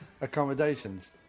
accommodations